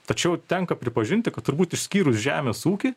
tačiau tenka pripažinti kad turbūt išskyrus žemės ūkį